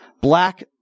black